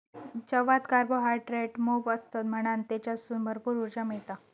जवात कार्बोहायड्रेट मोप असतत म्हणान तेच्यासून भरपूर उर्जा मिळता